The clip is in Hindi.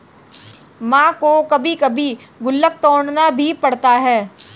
मां को कभी कभी गुल्लक तोड़ना भी पड़ता है